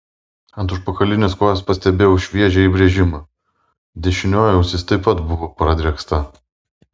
ant užpakalinės kojos pastebėjau šviežią įbrėžimą dešinioji ausis taip pat buvo pradrėksta